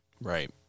Right